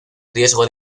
riesgo